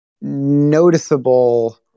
noticeable